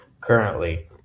Currently